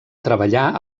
treballà